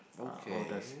okay